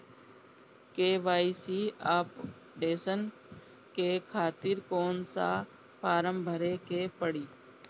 KYC updation के खातिर कौन सा फारम भरे के पड़ी?